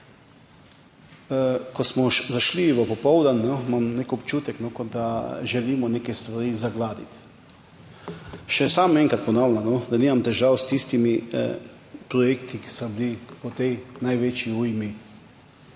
Ko smo zašli v popoldan, imam nek občutek, kot da želimo neke stvari zgladiti. Še sam enkrat ponavljam, da nimam težav s tistimi projekti, ki so bili v tej največji ujmi